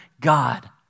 God